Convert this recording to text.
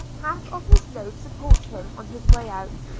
half of his load supports him on his way out,